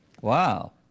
Wow